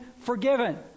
forgiven